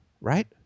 right